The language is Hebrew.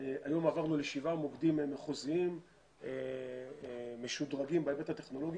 היום עברנו לשבעה מוקדים מחוזיים משודרגים בהיבט הטכנולוגי